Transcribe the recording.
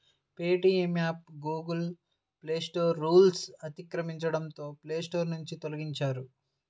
Paytm app Google Play Store రూల్స్ను అతిక్రమించడంతో Play Store నుంచి తొలగించారు